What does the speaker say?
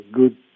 good